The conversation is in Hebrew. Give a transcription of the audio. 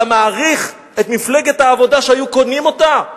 אתה מעריך את מפלגת העבודה, שהיו קונים אותה?